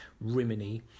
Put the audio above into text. Rimini